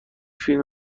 فیلم